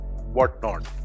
whatnot